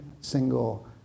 single